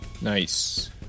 Nice